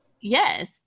Yes